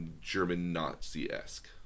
German-Nazi-esque